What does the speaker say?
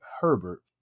Herbert